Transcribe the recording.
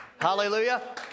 Hallelujah